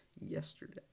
yesterday